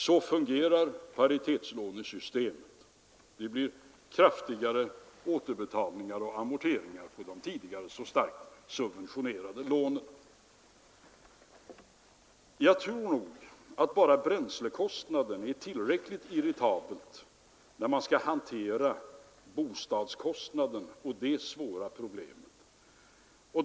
Så fungerar paritetslånesystemet. Det blir kraftigare återbetalningar och amorteringar på de tidigare så starkt subventionerade lånen. Jag tror nog att enbart bränslekostnaden är tillräckligt irriterande när man skall hantera bostadskostnaden och därmed sammanhängande svåra problem.